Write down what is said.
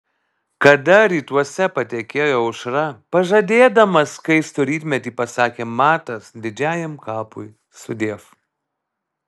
kada rytuose patekėjo aušra pažadėdama skaistų rytmetį pasakė matas didžiajam kapui sudiev